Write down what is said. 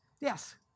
Yes